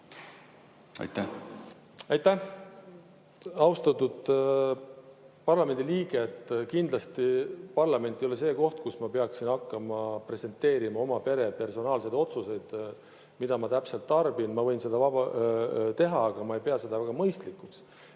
kott? Aitäh! Austatud parlamendi liige! Kindlasti parlament ei ole see koht, kus ma peaksin hakkama presenteerima oma pere personaalseid otsuseid, mida täpselt ma tarbin. Ma võin seda teha, aga ma ei pea seda väga mõistlikuks.